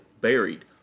buried